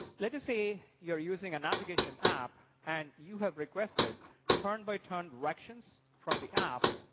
let us say, you're using a navigation app and you have requested turn by turn directions from the app.